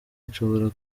nshobora